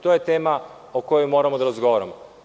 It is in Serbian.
To je tema o kojoj moramo da razgovaramo.